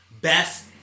Best